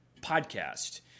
Podcast